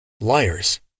liars